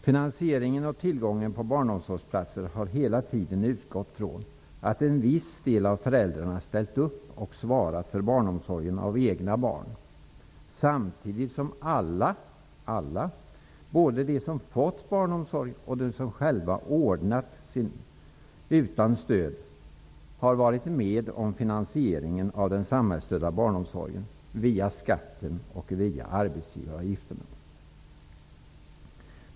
Finansieringen och tillgången på barnomsorgsplatser har hela tiden utgått från att en viss del av föräldrarna ställt upp och svarat för barnomsorgen av de egna barnen samtidigt som alla -- jag vill betona detta -- både de som fått barnomsorg och de som själva fått ordna sin utan stöd, har varit med om finansieringen av den samhällsstödda barnomsorgen via skatten och arbetsgivaravgifterna.